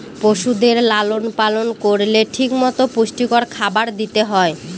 পশুদের লালন পালন করলে ঠিক মতো পুষ্টিকর খাবার দিতে হয়